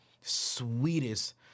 sweetest